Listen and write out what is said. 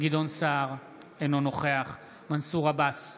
גדעון סער, אינו נוכח מנסור עבאס,